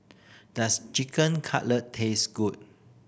does Chicken Cutlet taste good